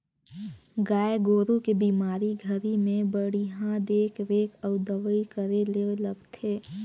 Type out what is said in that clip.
गाय गोरु के बेमारी घरी में बड़िहा देख रेख अउ दवई करे ले लगथे